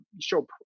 show